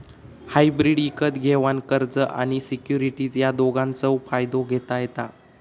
hybrid इकत घेवान कर्ज आणि सिक्युरिटीज या दोघांचव फायदो घेता येता